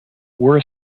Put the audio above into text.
were